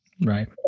right